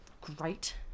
great